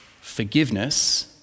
forgiveness